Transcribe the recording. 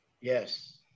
Yes